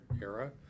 era